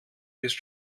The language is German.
ist